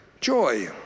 Joy